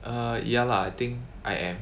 err ya lah I think I am